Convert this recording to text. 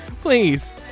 Please